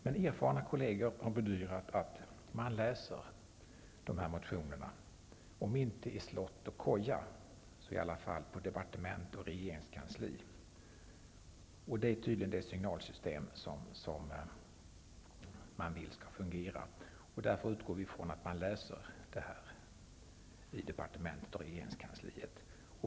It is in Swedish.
Men erfarna kolleger har bedyrat att man läser de här motionerna, om inte i slott och koja så i alla fall på departement och i regeringskansli. Det är tydligen så man vill att signalsystemet skall fungera. Därför utgår vi ifrån att man läser detta i departement och regeringskansli.